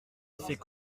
effet